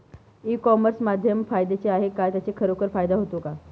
E commerce माध्यम फायद्याचे आहे का? त्याचा खरोखर फायदा होतो का?